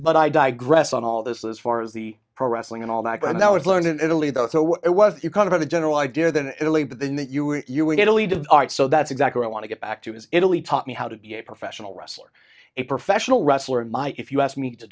but i digress on all this as far as the pro wrestling and all that and that was learned in italy though so it was kind of the general idea than italy but then that you were you would get a lead of art so that's exactly why i want to get back to his italy taught me how to be a professional wrestler a professional wrestler might if you asked me to